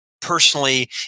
personally